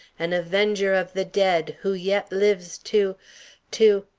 an avenger of the dead, who yet lives to to